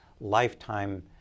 lifetime